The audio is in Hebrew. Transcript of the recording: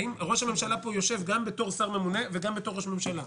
האם ראש הממשלה יושב פה גם בתור שר ממונה וגם בתור ראש ממשלה?